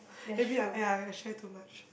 maybe I ya I share too much